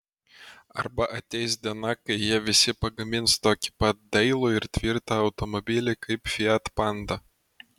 arba ateis diena kai jie visi pagamins tokį pat dailų ir tvirtą automobilį kaip fiat panda